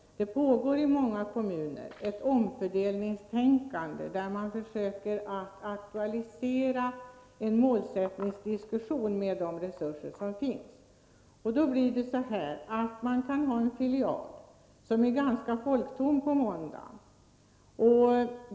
Det pågår i många kommuner ett omfördelningstänkande, där man försöker aktualisera en målsättningsdiskussion med hänsyn till de resurser som finns. Man kan ha en filial som är ganska folktom på måndagen.